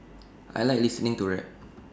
I Like listening to rap